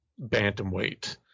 bantamweight